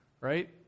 Right